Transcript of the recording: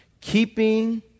Keeping